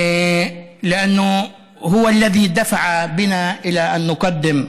האח של אדם.